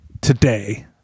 today